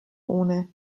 ohne